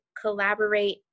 collaborate